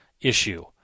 issue